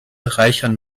reichern